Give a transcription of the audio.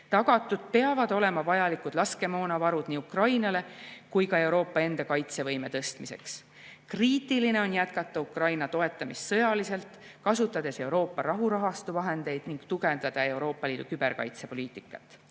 Tagatud peavad olema vajalikud laskemoonavarud nii Ukrainale kui ka Euroopa enda kaitsevõime tõstmiseks. Kriitiline on jätkata Ukraina toetamist sõjaliselt, kasutades Euroopa rahurahastu vahendeid, ning tugevdada Euroopa Liidu küberkaitsepoliitikat.